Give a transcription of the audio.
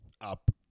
up